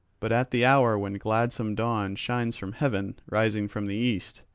but at the hour when gladsome dawn shines from heaven, rising from the east,